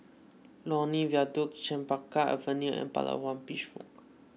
Lornie Viaduct Chempaka Avenue and Palawan Beach Walk